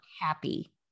happy